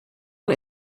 und